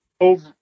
over